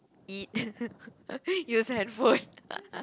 eat use handphone